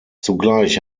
zugleich